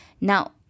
Now